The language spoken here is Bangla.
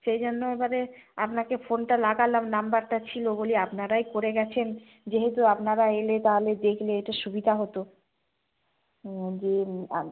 সেই জন্য এবারে আপনাকে ফোনটা লাগালাম নাম্বারটা ছিল বলি আপনারাই করে গেছেন যেহেতু আপনারা এলে তাহলে দেখলে একটু সুবিধা হতো যে